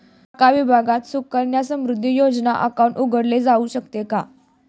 डाक विभागात सुकन्या समृद्धी योजना अकाउंट उघडले जाऊ शकते का?